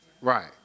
Right